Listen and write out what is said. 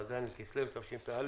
כ"ז בכסלו התשפ"א,